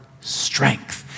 strength